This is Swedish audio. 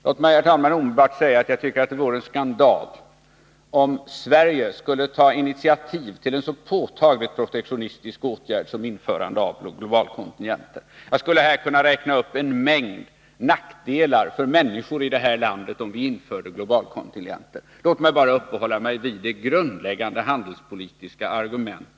Låt mig, herr talman, omedelbart säga att jag tycker att det vore en skandal om Sverige skulle ta initiativ till en så påtagligt protektionistisk åtgärd som införande av globalkontingenter. Jag kunde här räkna upp en mängd nackdelar som skulle uppstå för människorna i detta land om vi införde globalkontingenter. Låt mig bara uppehålla mig vid det grundläggande handelspolitiska argumentet.